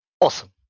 awesome